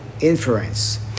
inference